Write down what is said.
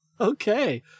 Okay